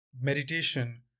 meditation